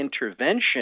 intervention